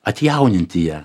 atjauninti ją